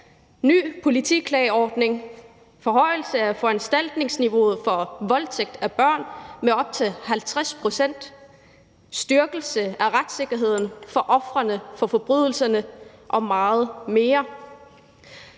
ny politiklageordning; forhøjelse af foranstaltningsniveauet for voldtægt af børn med op til 50 pct.; styrkelse af retssikkerheden for ofrene for forbrydelserne og meget mere.